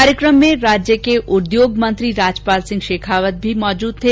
कार्यक्रम में राज्य के उद्योग मंत्री राजपाल सिंह शेखावत भी उपस्थित थे